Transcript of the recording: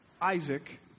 Isaac